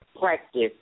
practice